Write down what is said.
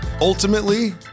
Ultimately